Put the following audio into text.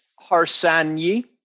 Harsanyi